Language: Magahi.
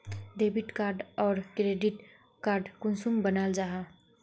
डेबिट आर क्रेडिट कार्ड कुंसम बनाल जाहा?